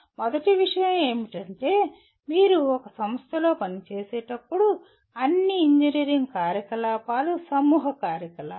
మొదటి విషయం ఏమిటంటే మీరు ఒక సంస్థలో పనిచేసేటప్పుడు అన్ని ఇంజనీరింగ్ కార్యకలాపాలు సమూహ కార్యకలాపాలు